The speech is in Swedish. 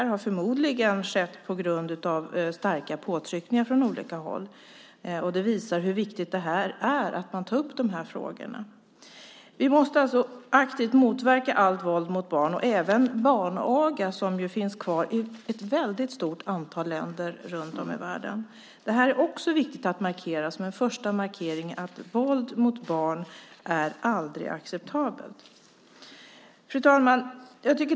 Det har förmodligen skett på grund av starka påtryckningar från olika håll, vilket visar hur viktigt det är att ta upp dessa frågor. Vi måste alltså aktivt motverka allt våld mot barn. Det gäller även barnaga, som ju finns kvar i ett stort antal länder i världen. Det är viktigt att göra detta som en första markering, att markera att våld mot barn aldrig är acceptabelt. Fru talman!